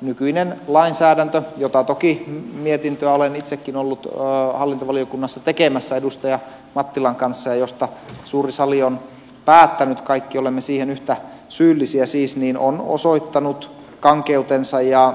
nykyinen lainsäädäntö johon toki mietintöä olen itsekin ollut hallintovaliokunnassa tekemässä edustaja mattilan kanssa ja josta suuri sali on päättänyt kaikki olemme siihen yhtä syyllisiä siis on osoittanut kankeutensa ja